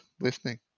listening